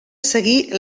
seguir